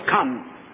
come